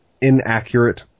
inaccurate